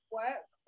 work